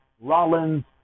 Rollins